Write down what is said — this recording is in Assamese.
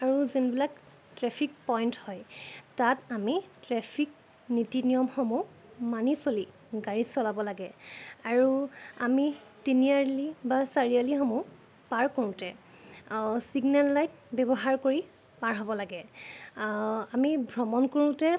আৰু যোনবিলাক ট্ৰেফিক পইণ্ট হয় তাত আমি ট্ৰেফিক নীতি নিয়মসমূহ মানি চলি গাড়ী চলাব লাগে আৰু আমি তিনিআলি বা চাৰিআলিসমূহ পাৰ কৰোঁতে ছিগনেল লাইট ব্যৱহাৰ কৰি পাৰ হ'ব লাগে আমি ভ্ৰমণ কৰোঁতে